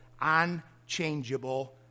unchangeable